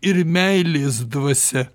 ir meilės dvasia